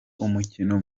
umukino